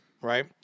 right